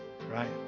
right